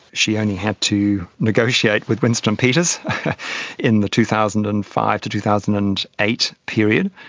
she only had to negotiate with winston peters in the two thousand and five to two thousand and eight period.